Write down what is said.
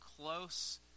close